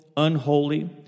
Unholy